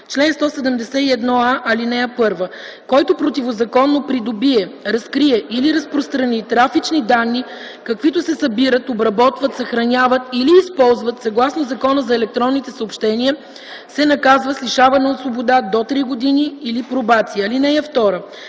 Чл. 171а. (1) Който противозаконно придобие, разкрие или разпространи трафични данни, каквито се събират, обработват, съхраняват или използват съгласно Закона за електронните съобщения, се наказва с лишаване от свобода до три години или пробация. (2)